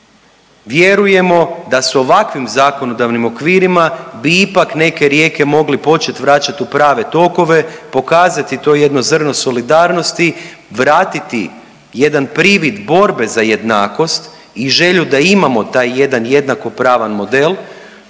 Vjerujemo da sa ovakvim zakonodavnim okvirima bi ipak neke rijeke mogli početi vraćati u prave tokove, pokazati to jedno zrno solidarnosti, vratiti jedan privid borbe za jednakost i želju da imamo taj jedan jednako pravan model.